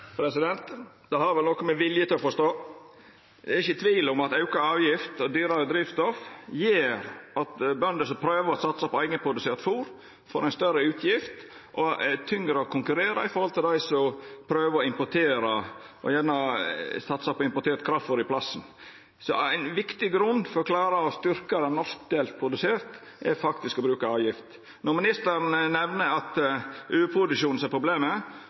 Det har vel noko å gjera med viljen til å forstå. Det er ikkje tvil om at auka avgift og dyrare drivstoff gjer at bønder som prøver å satsa på eigeprodusert fôr, får ei større utgift og synest det er tyngre å konkurrera enn dei som prøver å importera og gjerna satsa på importert kraftfôr i staden. Så ein viktig grunn til å klara å styrkja det som er norskprodusert, er faktisk å bruka avgift. Når statsråden seier at det er overproduksjon som er problemet,